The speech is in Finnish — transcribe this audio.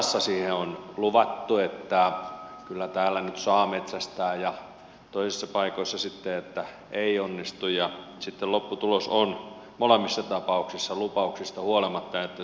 osassa on luvattu että kyllä täällä nyt saa metsästää ja toisissa paikoissa sitten että ei onnistu ja sitten lopputulos on molemmissa tapauksissa lupauksista huolimatta että se metsästys ei onnistu